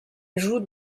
joue